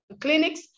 clinics